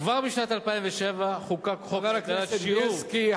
כבר בשנת 2007 חוקק חוק, חבר הכנסת בילסקי,